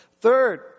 Third